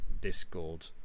discord